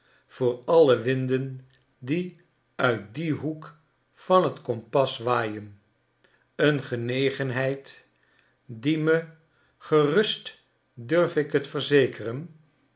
voor alle winden die uit dien hoek van t kompas waaien een genegenheid die me gerust durf ik t verzekeren